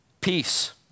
Peace